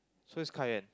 so is Kai-Yuan